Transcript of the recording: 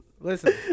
Listen